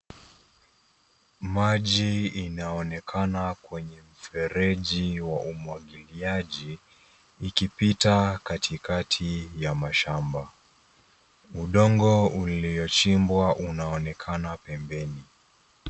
Maji inaonekana kwenye mfereji wa umwagiliaji, ikipita katikati ya mashamba. Udongo uliochimbwa unaonekana pembeni.